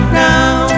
now